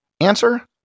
Answer